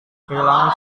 kehilangan